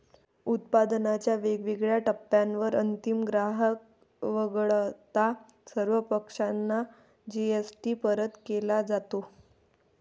उत्पादनाच्या वेगवेगळ्या टप्प्यांवर अंतिम ग्राहक वगळता सर्व पक्षांना जी.एस.टी परत केला जातो